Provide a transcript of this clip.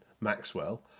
Maxwell